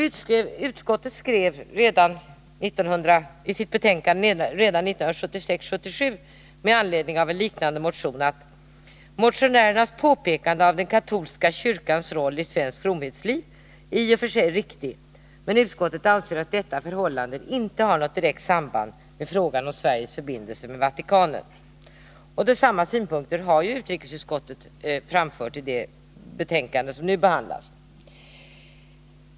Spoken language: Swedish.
Utskottet skrev redan i sitt betänkande 1976/77 med anledning av en likalydande motion: Motionärens påpekande av den katolska kyrkans roll i svenskt fromhetsliv är i och för sig riktigt, men utskottet anser att detta förhållande inte har något direkt samband med frågan om Sveriges förbindelse med Vatikanen. Samma synpunkter har utrikesutskottet framfört i det betänkande som nu behandlas.